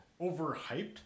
overhyped